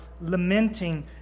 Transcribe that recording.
lamenting